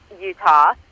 Utah